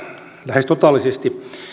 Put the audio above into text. lähes totaalisesti